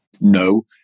no